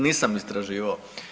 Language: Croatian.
Nisam istraživao.